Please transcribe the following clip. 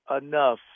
enough